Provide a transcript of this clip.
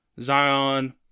Zion